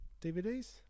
DVDs